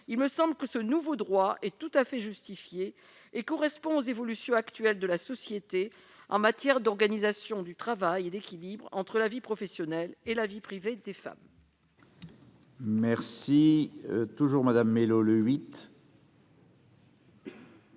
le terme. Ce nouveau droit me semble tout à fait justifié ; il correspond aux évolutions actuelles de la société en matière d'organisation du travail et d'équilibre entre la vie professionnelle et la vie privée des femmes.